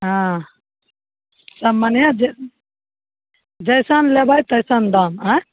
हँ सब मने जे जइसन लेबै तइसन दाम आँय